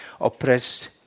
oppressed